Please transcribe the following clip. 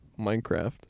Minecraft